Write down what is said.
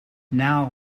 now